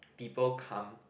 people come